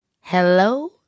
Hello